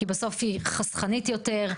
כי בסוף היא חסכנית יותר,